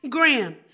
Graham